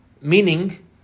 meaning